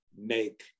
make